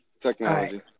Technology